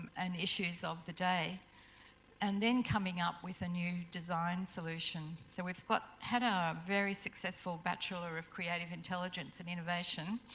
and issues of the day and then coming up with a new design solution. so, we've had our very successful bachelor of creative intelligence and innovation.